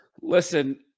Listen